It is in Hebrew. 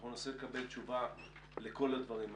אנחנו ננסה לקבל תשובה לכל הדברים האלה.